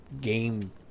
game